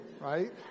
right